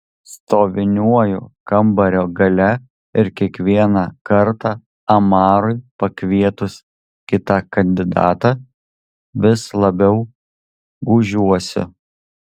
stoviniuoju kambario gale ir kiekvieną kartą amarui pakvietus kitą kandidatą vis labiau gūžiuosi